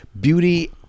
beauty